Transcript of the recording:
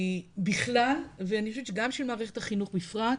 בכלל ואני חושבת שגם של מערכת החינוך בפרט,